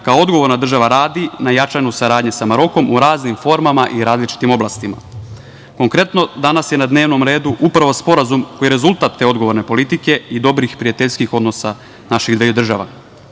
kao odgovorna država radi na jačanju saradnje sa Marokom u raznim formama i različitim oblastima. Konkretno, danas je na dnevnom redu upravo Sporazum koji je rezultat te odgovorne politike i dobrih i prijateljskih odnosa naših dveju